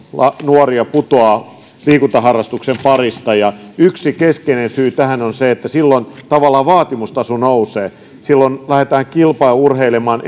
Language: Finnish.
nuoria putoaa liikuntaharrastuksen parista ja yksi keskeinen syy tähän on se että silloin tavallaan vaatimustaso nousee silloin lähdetään kilpaurheilemaan